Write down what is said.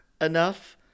enough